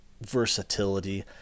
versatility